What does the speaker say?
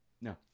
No